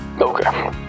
Okay